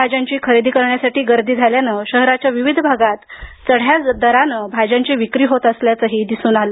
भाज्यांची खरेदी करण्यासाठी गर्दी झाल्याने शहराच्या विविध भागात चढ्या दराने भाज्यांची विक्री होत असल्याचे दिसून आलं